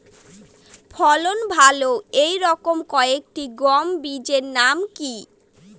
ফলন ভালো এই রকম কয়েকটি গম বীজের নাম কি?